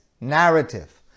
narrative